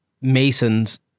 masons